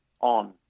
on